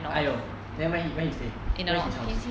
!aiyo! then where he stay where his house